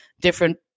different